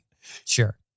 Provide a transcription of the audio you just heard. Sure